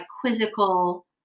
quizzical